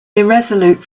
irresolute